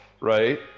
right